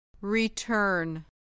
Return